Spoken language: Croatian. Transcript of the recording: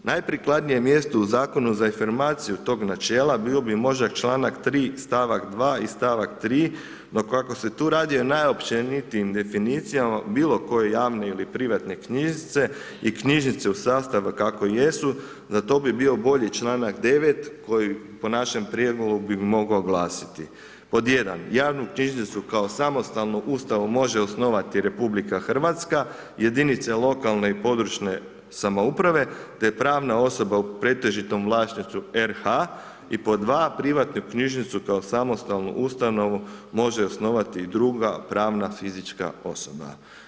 Najprikladnije mjesto u zakonu za afirmaciju tog načela bio bi možda članak 3. stavak 2. i stavaka 3. no kako se tu radi o najopćenitijim definicijama bilokoje javne ili privatne knjižnice i knjižnice u sastavu kako jesu, za to bi bio bolji članak 9. koji po našem prijedlogu bi mogao glasiti, pod 1: javnu knjižnicu kao samostalnu ustanovu može osnivati RH, jedinice lokalne i područne samouprave, te pravna osoba u pretežitom vlasništvu RH i pod dva, privatnu knjižnicu kao samostalnu ustanovu može osnovati druga pravna fizička osoba.